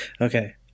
Okay